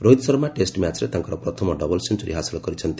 ରୋହିତ ଶର୍ମା ଟେଷ୍ଟମ୍ୟାଚ୍ରେ ତାଙ୍କର ପ୍ରଥମ ଡବଲ୍ ସେଞ୍ଚୁରୀ ହାସଲ କରିଛନ୍ତି